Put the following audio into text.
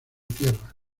tierra